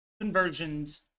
conversions